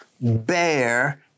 bear